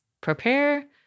prepare